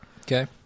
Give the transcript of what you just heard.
Okay